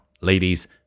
ladies